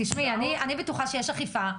אני בטוחה שיש אכיפה,